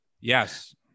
Yes